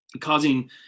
causing